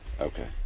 Okay